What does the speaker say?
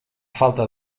falta